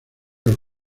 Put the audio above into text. los